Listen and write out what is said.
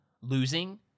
losing